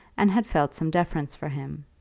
and had felt some deference for him.